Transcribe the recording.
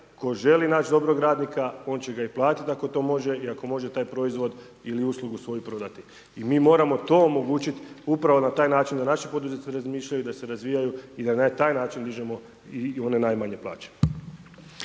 tko želi naći dobrog radnika on će ga i platiti ako to može i ako može taj proizvod ili uslugu svoju prodati. I mi moramo to omogućiti upravo na taj način da naši poduzetnici razmišljaju, da se razvijaju i da na taj način dižemo i one najmanje plaće.